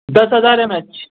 دس ہزار M H